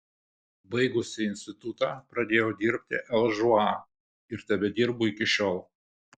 baigusi institutą pradėjau dirbti lžūa ir tebedirbu iki šiol